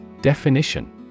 Definition